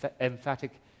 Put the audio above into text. emphatic